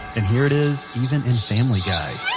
and here it is even in family guy. yeah